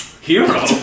hero